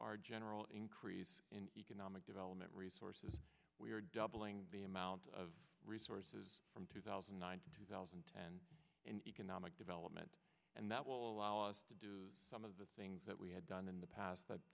our general increase in economic development resources we're doubling the amount of resources from two thousand and nine to two thousand and ten in economic development and that will allow us to do some of the things that we had done in the past that